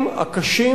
חצוף.